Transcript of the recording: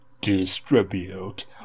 distribute